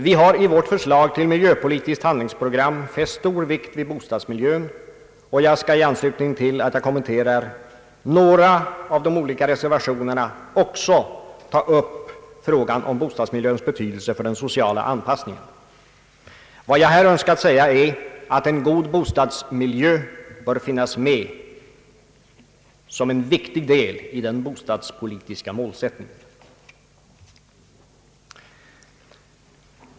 Vi har i vårt förslag till miljöpolitiskt handlingsprogram fäst stor vikt vid bostadsmiljön, och jag skall i anslutning till att jag kommenterar några av de olika reservationerna också ta upp frågan om bostadsmiljöns betydelse för den sociala anpassningen. Vad jag här önskar säga är att en god bostadsmiljö bör finnas med som en viktig del i den bostadspolitiska målsättningen.